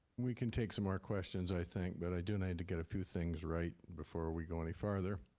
we can take some more questions, i think, but i do and need and to get a few things right before we go any further.